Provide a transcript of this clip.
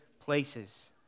places